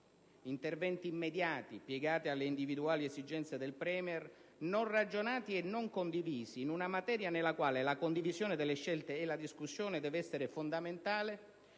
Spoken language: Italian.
(interventi immediati, piegati alle individuali esigenze del *Premier*, non ragionati e non condivisi in una materia nella quale la condivisione delle scelte e la discussione deve essere fondamentale)